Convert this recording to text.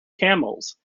camels